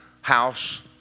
house